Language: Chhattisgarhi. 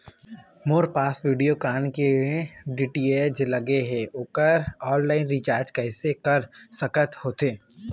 मोर पास वीडियोकॉन के डी.टी.एच लगे हे, ओकर ऑनलाइन रिचार्ज कैसे कर सकत होथे?